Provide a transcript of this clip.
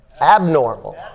Abnormal